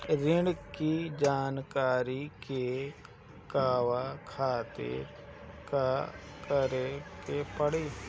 ऋण की जानकारी के कहवा खातिर का करे के पड़ी?